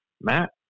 Matt